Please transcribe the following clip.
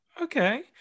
Okay